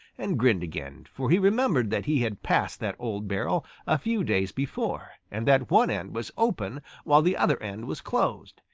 and grinned again, for he remembered that he had passed that old barrel a few days before, and that one end was open while the other end was closed.